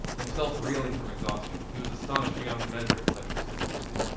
himself reeling from exhaustion, he was astonished beyond measure at such persistency.